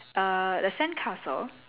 err the sandcastle